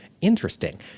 interesting